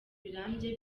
birambye